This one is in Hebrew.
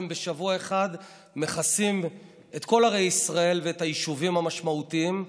אתם בשבוע אחד מכסים את כל ערי ישראל ואת היישובים המשמעותיים.